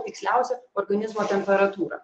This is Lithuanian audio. tiksliausią organizmo temperatūrą